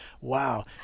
Wow